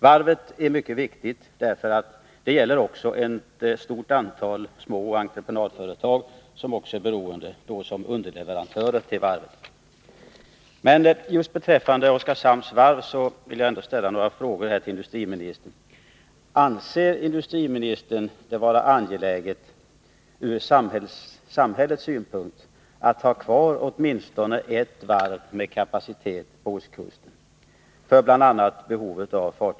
Varvet är mycket viktigt, inte minst för att ett stort antal små entreprenadföretag i egenskap av underleverantörer till varvet är beroende av verksamheten där. Just beträffande Oskarshamns varv vill jag här ställa några frågor till industriministern. Anser industriministern det vara angeläget ur samhällets synpunkt att vi på ostkusten har kvar åtminstone ett varv med kapacitet för bl.a. fartygsreparationer?